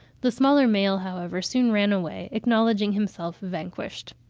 the smaller male, however, soon ran away, acknowledging himself vanquished.